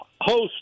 host